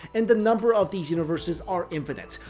and the number of these universes are infinite.